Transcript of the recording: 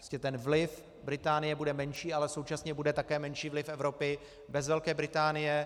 Prostě ten vliv Británie bude menší, ale současně bude také menší vliv Evropy bez Velké Británie.